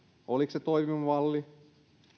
oliko se toimiva malli